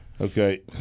Okay